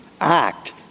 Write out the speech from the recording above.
act